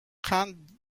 قنداب